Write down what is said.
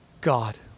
God